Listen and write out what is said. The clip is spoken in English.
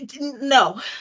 no